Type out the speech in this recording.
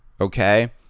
okay